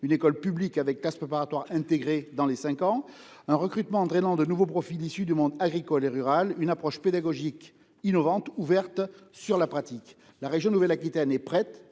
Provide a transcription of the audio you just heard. : école publique avec classe préparatoire intégrée aux cinq années d'études, recrutement drainant de nouveaux profils issus du monde agricole et rural, approche pédagogique innovante ouverte sur la pratique. La région Nouvelle-Aquitaine est prête